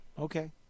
Okay